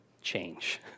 change